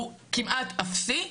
הוא כמעט אפסי.